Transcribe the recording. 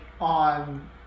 on